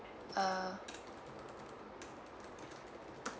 uh